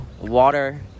water